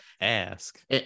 ask